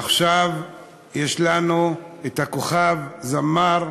עכשיו יש לנו הכוכב, זמר,